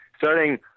Starting